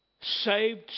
saved